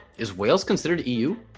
is wales considered eu